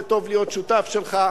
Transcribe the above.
זה טוב להיות שותף שלך.